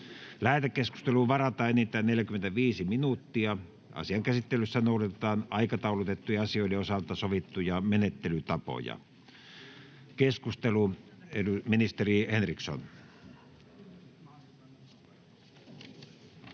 Lähetekeskusteluun varataan enintään 45 minuuttia. Asian käsittelyssä noudatetaan aikataulutettujen asioiden osalta sovittuja menettelytapoja. — Keskustelu, ministeri Henriksson.